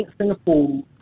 Singapore